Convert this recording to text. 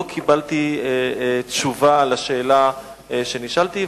לא קיבלתי תשובה על השאלה ששאלתי,